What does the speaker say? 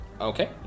okay